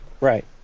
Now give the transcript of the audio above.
Right